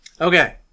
Okay